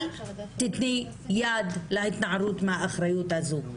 אל תתני יד להתנערות מהאחריות הזו.